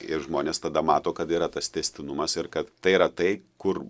ir žmonės tada mato kad yra tas tęstinumas ir kad tai yra tai kur